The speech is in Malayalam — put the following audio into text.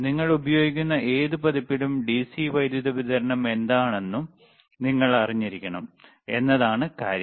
നിങ്ങൾ ഉപയോഗിക്കുന്ന ഏത് പതിപ്പിലും ഡിസി വൈദ്യുതി വിതരണം എന്താണെന്ന് നിങ്ങൾ അറിഞ്ഞിരിക്കണം എന്നതാണ് കാര്യം